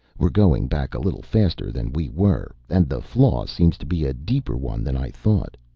we're going back a little faster than we were, and the flaw seems to be a deeper one than i thought.